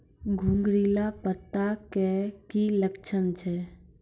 घुंगरीला पत्ता के की लक्छण छै?